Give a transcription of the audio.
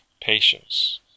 patience